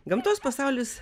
gamtos pasaulis